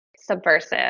subversive